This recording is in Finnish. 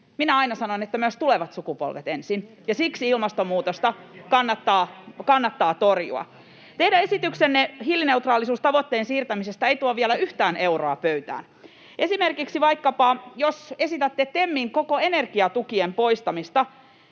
Minä aina sanon, että myös tulevat sukupolvet ensin, ja siksi ilmastonmuutosta kannattaa torjua. [Ben Zyskowiczin välihuuto] Teidän esityksenne hiilineutraalisuustavoitteen siirtämisestä ei tuo vielä yhtään euroa pöytään. Esimerkiksi jos esitätte vaikkapa TEMin kaikkien energiatukien poistamista,